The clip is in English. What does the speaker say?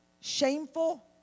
shameful